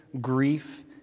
grief